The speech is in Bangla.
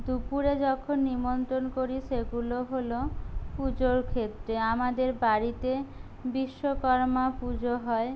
দুপুরে যখন নিমন্ত্রণ করি সেগুলো হল পুজোর ক্ষেত্রে আমাদের বাড়িতে বিশ্বকর্মা পুজো হয়